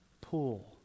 pool